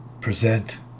Present